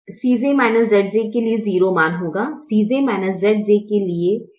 Cj Zj के लिए मूल चर में हमेशा 0 मान होगा